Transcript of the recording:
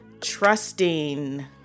trusting